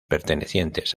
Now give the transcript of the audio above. pertenecientes